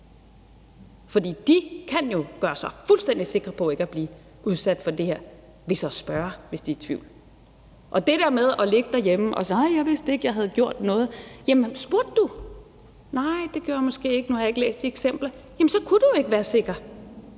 for de kan jo gøre sig fuldstændig sikre på ikke at blive udsat for det her ved at spørge, hvis de er i tvivl. Til det der med at ligge derhjemme og sige, at man ikke vidste, at man havde gjort noget, vil jeg sige: Jamen spurgte du? Nej, det gjorde jeg måske ikke, svarer man så. Nu har jeg ikke læst de eksempler, men jeg vil sige: Jamen så kunne du ikke være sikker,